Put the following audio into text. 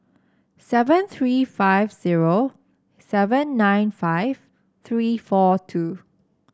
seven three five zero seven nine five three four two